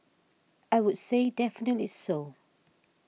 I would say definitely so